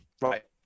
right